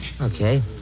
Okay